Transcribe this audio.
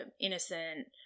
innocent